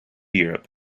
europe